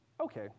okay